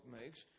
makes